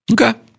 Okay